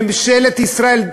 ממשלת ישראל,